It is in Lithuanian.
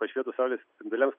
pašvietus saulės spinduliams